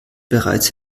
bereits